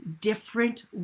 different